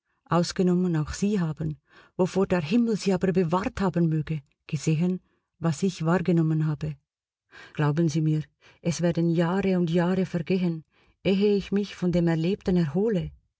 ausgenommen auch sie haben wovor der himmel sie aber bewahrt haben möge gesehen was ich wahrgenommen habe glauben sie mir es werden jahre und jahre vergehen ehe ich mich von dem erlebten erhole